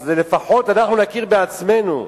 אז לפחות אנחנו נכיר בעצמנו.